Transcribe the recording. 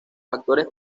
actores